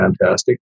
fantastic